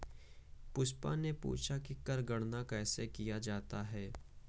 पुष्पा ने पूछा कि कर गणना कैसे किया जाता है?